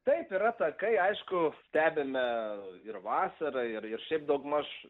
taip yra takai aišku stebime ir vasarą ir ir šiaip daugmaž